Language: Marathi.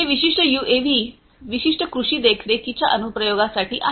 हे विशिष्ट यूएव्ही विशिष्ट कृषी देखरेखीच्या अनुप्रयोगासाठी आहेत